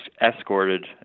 escorted